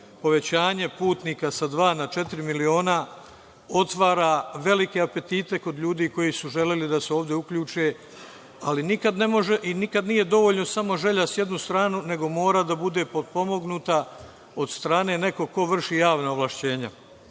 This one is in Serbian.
povećanje putnika sa dva na četiri miliona otvara velike apetite kod ljudi koji su želeli da se ovde uključe, ali nikada ne može i nikada nije dovoljno samo želja sa jedne strane, nego mora da bude potpomognuta od strane nekog ko vrši javna ovlašćenja.